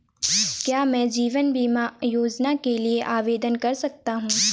क्या मैं जीवन बीमा योजना के लिए आवेदन कर सकता हूँ?